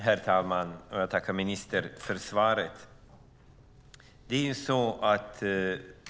Herr talman! Jag tackar ministern för svaret.